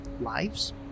lives